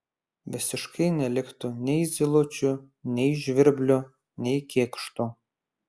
visiškai neliktų nei zylučių nei žvirblių nei kėkštų